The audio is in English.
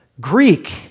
Greek